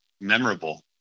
memorable